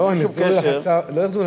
אבל, בלי שום קשר, לא, הם החזירו לחצר.